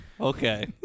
Okay